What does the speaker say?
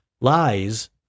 lies